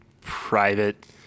private